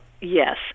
yes